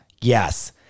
Yes